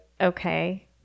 Okay